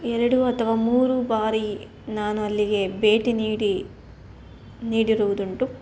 ಎರಡು ಅಥವಾ ಮೂರು ಬಾರಿ ನಾನು ಅಲ್ಲಿಗೆ ಭೇಟಿ ನೀಡಿ ನೀಡಿರುವುದುಂಟು